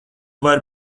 vari